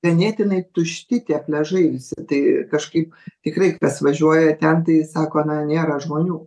ganėtinai tušti tie pliažai visi tai kažkaip tikrai kas važiuoja ten tai sako na nėra žmonių